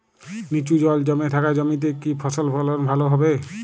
নিচু জল জমে থাকা জমিতে কি ফসল ফলন ভালো হবে?